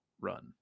run